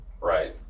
Right